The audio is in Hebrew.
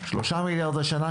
שלושה מיליארד השנה,